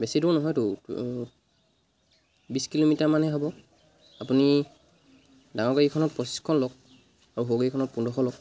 বেছি দূৰ নহয়তো বিছ কিলোমিটাৰমানহে হ'ব আপুনি ডাঙৰ গাড়ীখনত পঁচিছশ লওক আৰু সৰু গাড়ীখনত পোন্ধৰশ লওক